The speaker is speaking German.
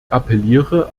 appelliere